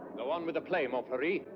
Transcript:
go on with the play, montfleury.